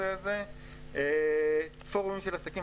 דיברתי על פורום של עסקים.